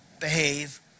behave